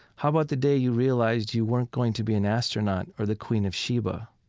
how about the day you realized you weren't going to be an astronaut or the queen of sheba?